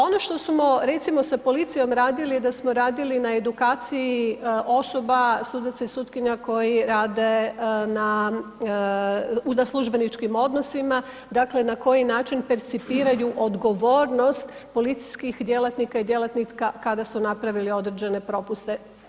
Ono što smo recimo sa policijom radili, je da smo radili na edukaciji osoba sudaca i sutkinja koji rade na službeničkim odnosima, dakle na koji način percipiraju odgovornost policijskih djelatnika i djelatnika kada su napravili određene propuste.